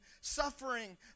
suffering